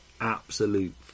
Absolute